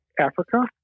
Africa